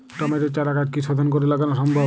টমেটোর চারাগাছ কি শোধন করে লাগানো সম্ভব?